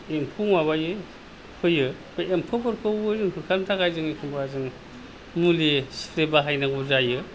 एम्फौ माबायो फैयो बे एम्फौफोरखौ होखारनो थाखाय जोङो एखम्बा जोङो मुलि स्प्रे बाहायनांगौ जायो